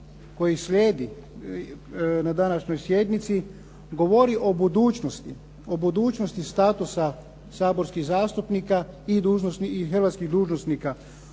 koji slijedi na današnjoj sjednici govori o budućnosti, o budućnosti statusa saborskih zastupnika i hrvatskih dužnosnika.